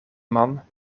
man